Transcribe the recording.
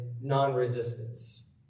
non-resistance